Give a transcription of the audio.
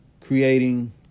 creating